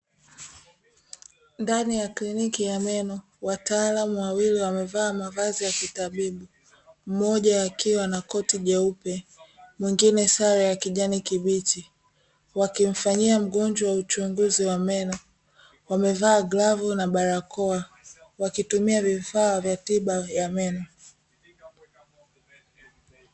Ndani ya kliniki ya meno wataalamu wawili wamevaa mavazi ya kitabibu mmoja akiwa na koti jeupe mwingine sare ya kijani kibichi, wakimfanyia mgonjwa uchunguzi wa meno, wamevaa glavu na barakoa wakitumia vifaa vya tiba ya meno.